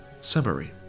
Summary